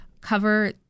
cover—